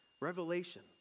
Revelation